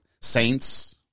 saints